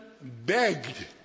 begged